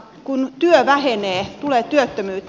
kun työ vähenee tulee työttömyyttä